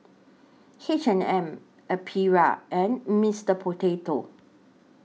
H and M Aprilia and Mister Potato